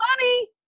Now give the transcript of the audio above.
money